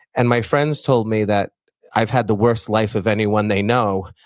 and my friends told me that i've had the worst life of anyone they know,